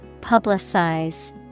Publicize